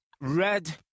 Red